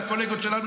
מהקולגות שלנו,